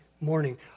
morning